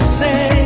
say